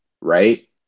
right